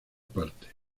partes